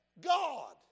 God